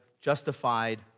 Justified